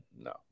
No